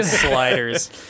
sliders